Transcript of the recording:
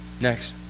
Next